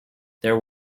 there